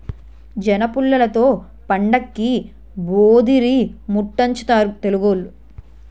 జనపుల్లలతో పండక్కి భోధీరిముట్టించుతారు తెలుగోళ్లు